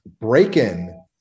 break-in